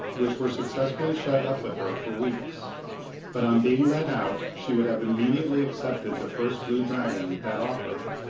which were successively shut up with her for weeks but on being let out she would have immediately accepted the first blue dragon that offered.